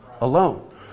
alone